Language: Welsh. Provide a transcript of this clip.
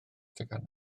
teganau